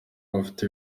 bafite